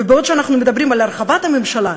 ובעוד אנחנו מדברים על הרחבת הממשלה,